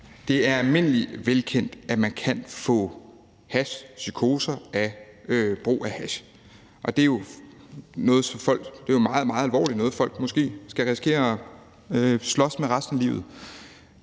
Det er almindeligt kendt, at man kan få hashpsykoser af brug af hash, og det er jo meget, meget alvorligt og noget, folk måske kan risikere at skulle slås med resten af livet.